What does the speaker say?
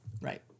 Right